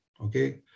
Okay